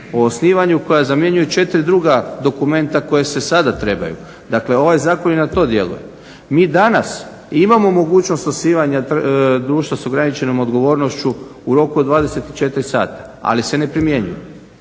o osnivanju koja zamjenjuje 4 druga dokumenta koji sada trebaju. Dakle, ovaj zakon i na to djeluje. Mi danas imamo mogućnost osnivanja društva s ograničenom odgovornošću u roku od 24 sata, ali se ne primjenjuje.